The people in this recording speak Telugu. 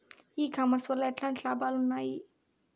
ఈ కామర్స్ వల్ల ఎట్లాంటి లాభాలు ఉన్నాయి?